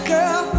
Girl